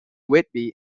whitby